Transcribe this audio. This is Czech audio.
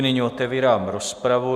Nyní otevírám rozpravu.